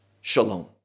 shalom